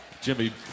Jimmy